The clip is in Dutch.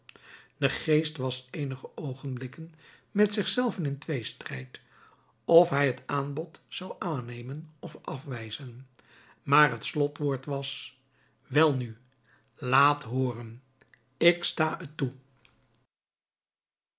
de geest was eenige oogenblikken met zich zelven in tweestrijd of hij het aanbod zou aannemen of afwijzen maar het slotwoord was welnu laat hooren ik sta het toe